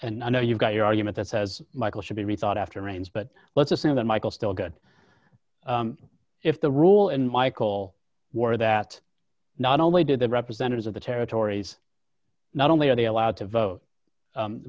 and i know you've got your argument that says michael should be rethought after raines but let's assume that michael still got if the rule and michael wore that not only did the representatives of the territories not only are they allowed to vote